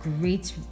great